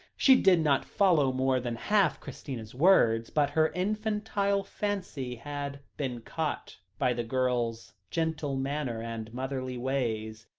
she did not follow more than half christina's words, but her infantile fancy had been caught by the girl's gentle manner and motherly ways,